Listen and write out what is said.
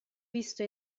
visto